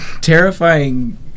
terrifying